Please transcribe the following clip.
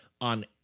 on